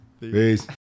Peace